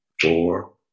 four